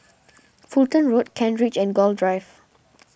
Fulton Road Kent Ridge and Gul Drive